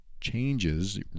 changes